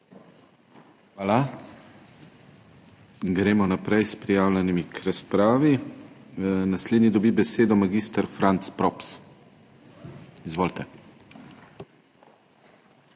Hvala. Gremo naprej s prijavljenimi k razpravi. Naslednji dobi besedo mag. Franc Props. Izvolite.